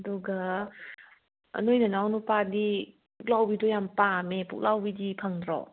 ꯑꯗꯨꯒ ꯅꯈꯣꯏ ꯅꯅꯥꯎ ꯅꯨꯄꯥꯗꯤ ꯄꯨꯛꯂꯥꯎꯕꯤꯗꯣ ꯌꯥꯝ ꯄꯥꯝꯃꯦ ꯄꯨꯛꯂꯥꯎꯕꯤꯗꯤ ꯐꯪꯗ꯭ꯔꯣ